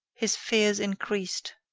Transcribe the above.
his fears increased.